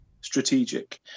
strategic